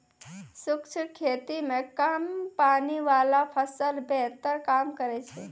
शुष्क खेती मे कम पानी वाला फसल बेहतर काम करै छै